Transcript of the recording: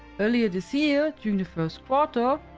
earlier this year, during the first quarter,